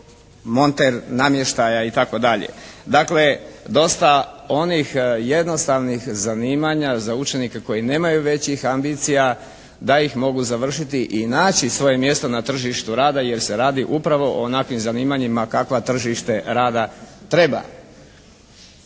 monter namještaja itd. Dakle dosta onih jednostavnih zanimanja za učenike koji nemaju većih ambicija da ih mogu završiti i naći svoje mjesto na tržištu rada jer se radi upravo o onakvim zanimanjima kakva tržište rada treba.